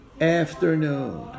Afternoon